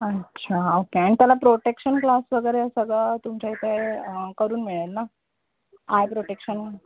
अच्छा ओके आणि त्याला प्रोटेक्शन ग्लास वगैरे सगळं तुमच्या इथे करून मिळेल नं आय प्रोटेक्शन